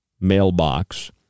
mailbox